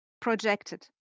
projected